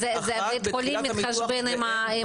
אבל בית החולים מתחשבן עם קופת חולים,